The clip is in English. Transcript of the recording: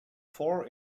four